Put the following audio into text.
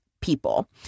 people